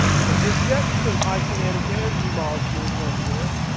so you're getting some high kinetic energy molecules over there.